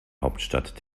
hauptstadt